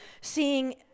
seeing